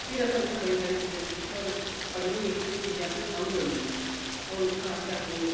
फिर असें उत्थै बड़ियां सारियां चीजां सिक्खियां होर पढ़ने गी इक थोह्ड़ियां चीजां असेंगी समझ औन लगियां होर उत्थै असें अपनी